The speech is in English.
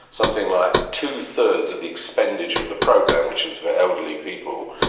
something like two-thirds of the expenditure of the program, which is for elderly people,